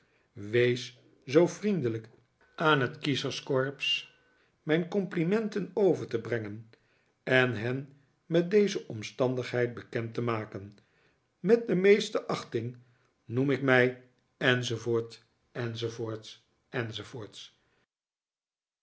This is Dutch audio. wees zoo vriendelijk aan het kiezerscorps mijn complimenten over te brengen en hen met deze omstandigheid bekend te maken met de meeste achting noem ik mij